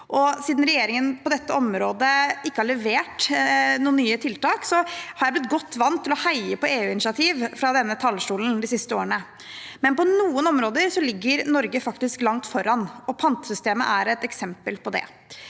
Siden regjeringen på dette området ikke har levert noen nye tiltak, har jeg blitt godt vant til å heie på EU-initiativ fra denne talerstolen de siste årene, men på noen områder ligger Norge faktisk langt foran, og pantesystemet er et eksempel på det.